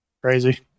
Crazy